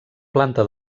planta